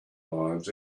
lives